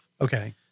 okay